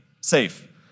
Safe